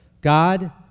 God